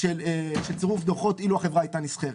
של צרוף דוחות אילו החברה היתה נסחרת.